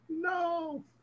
No